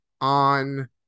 on